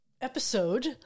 episode